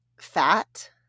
fat